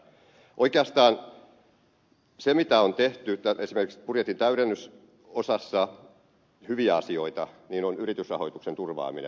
oikeastaan se mitä on tehty esimerkiksi budjetin täydennysosassa hyviä asioita on yritysrahoituksen turvaaminen